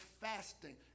fasting